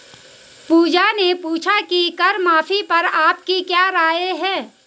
पूजा ने पूछा कि कर माफी पर आपकी क्या राय है?